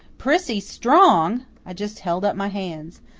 prissy strong! i just held up my hands.